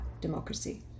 democracy